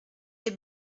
les